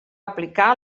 aplicar